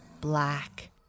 black